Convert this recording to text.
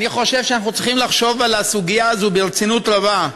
אני חושב שאנו צריכים לחשוב על הסוגיה הזו ברצינות רבה,